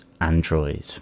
Android